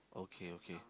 okay okay